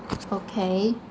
okay